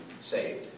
saved